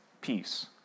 peace